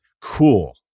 cool